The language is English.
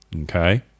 okay